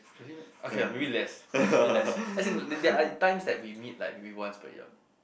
okay lah maybe less maybe less as in there are time like we meet maybe once per year